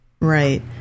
right